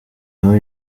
ngabo